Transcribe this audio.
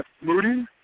Moody